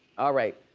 all right.